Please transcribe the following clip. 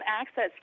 access